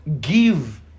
give